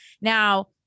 Now